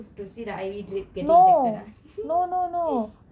to see the I_V drip being injected ah